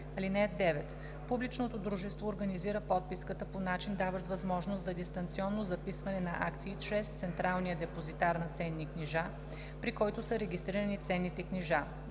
„(9) Публичното дружество организира подписката по начин, даващ възможност за дистанционно записване на акции чрез централния депозитар на ценни книжа, при който са регистрирани ценните книжа.“;